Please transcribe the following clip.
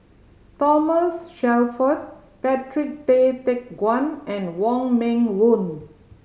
Thomas Shelford Patrick Tay Teck Guan and Wong Meng Voon